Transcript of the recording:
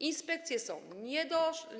Inspekcje są niedo.